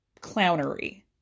clownery